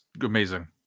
amazing